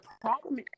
problem